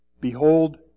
Behold